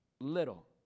little